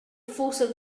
forces